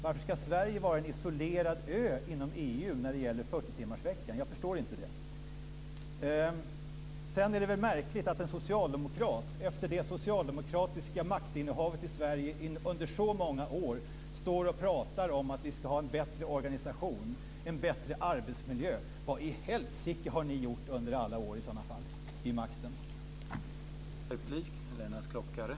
Varför ska Sverige vara en isolerad ö inom EU när det gäller 40 timmarsveckan? Jag förstår inte det. Det är märkligt att en socialdemokrat, efter det socialdemokratiska maktinnehavet i Sverige under så många år, står och pratar om att vi ska ha en bättre organisation och en bättre arbetsmiljö. Vad i helsike har ni gjort under alla år vid makten i sådana fall?